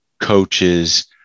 coaches